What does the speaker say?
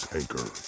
anchor